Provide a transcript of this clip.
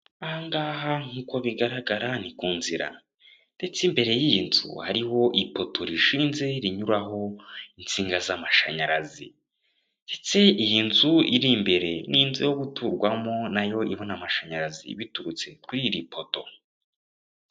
Aha ngaha nk'uko bigaragara ni ku nzira, ndetse imbere y'iyi nzu hariho ipoto rishinze rinyuraho insinga z'amashanyarazi, ndetse iyi nzu iri imbere, ni inzu yo guturwamo na yo ibona amashanyarazi biturutse kuri iri poto.